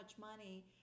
money